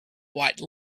white